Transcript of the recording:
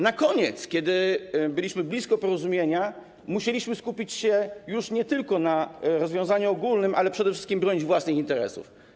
Na koniec, kiedy byliśmy blisko porozumienia, musieliśmy skupić się już nie tylko na rozwiązaniu ogólnym, ale przede wszystkim bronić własnych interesów.